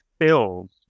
fills